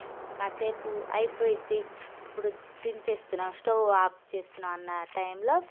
కాసేపు అయిపోయిద్డీ ఇప్పుడు దించేస్తున్న స్టవ్ ఆఫ్ చేస్తున్నా అన్న టైంలో